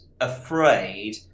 afraid